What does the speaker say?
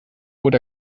bot